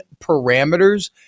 parameters